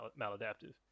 maladaptive